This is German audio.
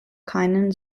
keinen